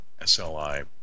SLI